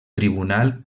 tribunal